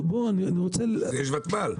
יש ותמ"ל.